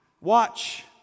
Watch